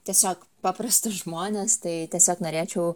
tiesiog paprasti žmonės tai tiesiog norėčiau